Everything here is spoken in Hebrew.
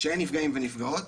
שאין נפגעים ונפגעות,